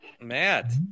Matt